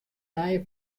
nije